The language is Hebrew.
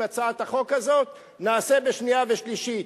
הצעת החוק הזאת נעשה בשנייה ושלישית,